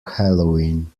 halloween